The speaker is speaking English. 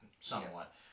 somewhat